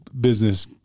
business